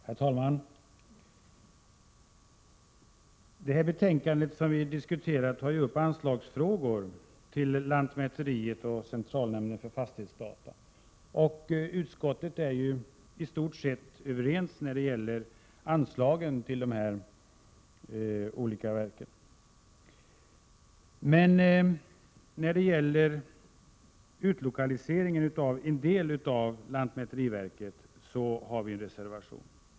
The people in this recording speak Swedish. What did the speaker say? Herr talman! I det betänkande som vi nu diskuterar behandlas frågan om anslag till lantmäteriet och centralnämnden för fastighetsdata. Utskottet är i stort sett överens om anslagen till de olika verken. Men i fråga om utlokalisering av en del av lantmäteriverket har vi avgett en reservation.